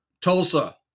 Tulsa